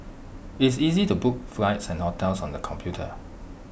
IT is easy to book flights and hotels on the computer